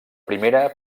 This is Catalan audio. primera